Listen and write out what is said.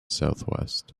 southwest